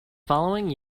following